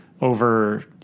over